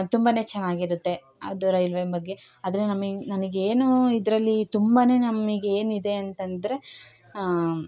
ತುಂಬಾ ಚೆನ್ನಾಗಿ ಇರುತ್ತೆ ಅದು ರೈಲ್ವೆ ಬಗ್ಗೆ ಆದರೆ ನಮಗ್ ನನಗೇನೋ ಇದರಲ್ಲಿ ತುಂಬಾ ನಮಗೆ ಏನಿದೆ ಅಂತಂದರೆ